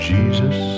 Jesus